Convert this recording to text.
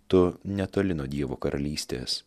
tu netoli nuo dievo karalystės